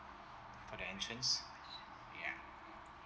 for the entrance ya